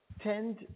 tend